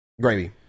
Gravy